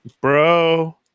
Bro